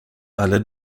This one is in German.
alle